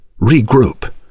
regroup